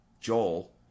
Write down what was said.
Joel